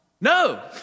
No